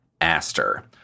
Aster